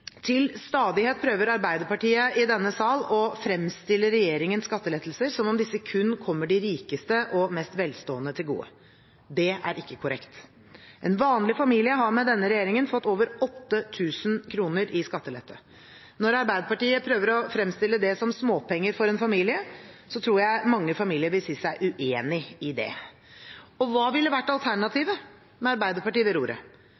Til stadighet prøver Arbeiderpartiet i denne sal å fremstille regjeringens skattelettelser som om disse kun kommer de rikeste og mest velstående til gode. Det er ikke korrekt. En vanlig familie har med denne regjeringen fått over 8 000 kr i skattelette. Når Arbeiderpartiet prøver å fremstille det som småpenger for en familie, tror jeg mange familier vil si seg uenige i det. Hva ville vært alternativet med Arbeiderpartiet ved